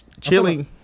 chilling